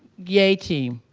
yay team.